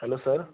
hello sir